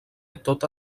tota